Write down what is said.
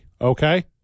Okay